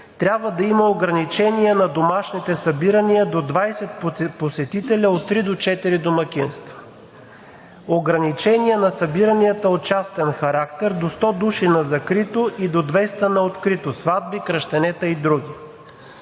трябва да има ограничения на домашните събирания до 20 посетители от три до четири домакинства, ограничения на събиранията от частен характер до 100 души на закрито и до 200 на открито – сватби, кръщенета и други.